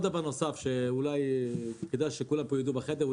נוסף שאולי כדאי שכולם פה בחדר ידעו,